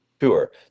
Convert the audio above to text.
Sure